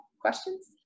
questions